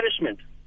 punishment